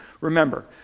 remember